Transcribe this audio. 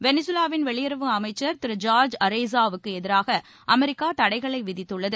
வெனிசுலாவின் வெளியுறவு அமைச்சர் திரு ஜார்ஜ் அரேஸாவுக்கு எதிராக அமெரிக்கா தடைகளை விதித்துள்ளது